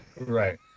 Right